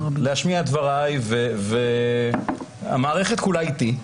להשמיע את דבריי, המערכת כולה איתי,